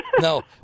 No